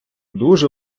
дуже